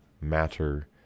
matter